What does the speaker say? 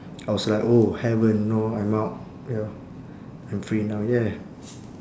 I was like oh heaven know I'm out ya I'm free now yeah